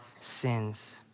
sins